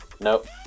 Nope